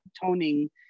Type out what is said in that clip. toning